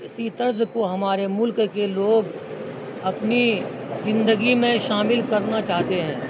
اسی طرز کو ہمارے ملک کے لوگ اپنی زندگی میں شامل کرنا چاہتے ہیں